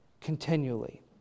continually